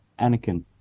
anakin